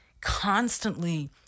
constantly